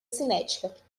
cinética